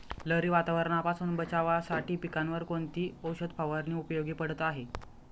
लहरी वातावरणापासून बचावासाठी पिकांवर कोणती औषध फवारणी उपयोगी पडत आहे?